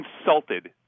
insulted